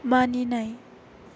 मानिनाय